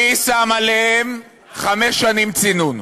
מי שם עליהם חמש שנים צינון?